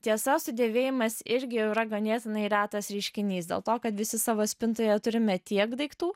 tiesa sudėvėjimas irgi yra ganėtinai retas reiškinys dėl to kad visi savo spintoje turime tiek daiktų